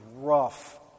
rough